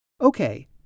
Okay